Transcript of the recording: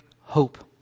hope